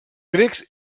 grecs